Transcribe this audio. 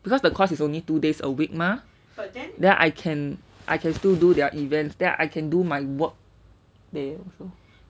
because the course is only two days a week mah then I can I can still do their events that I can do my work